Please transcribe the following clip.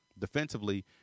defensively